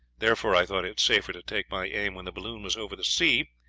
therefore i thought it safer to take my aim when the balloon was over the sea,